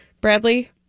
Bradley